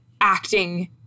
acting